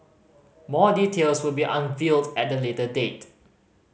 more details will be unveiled at a later date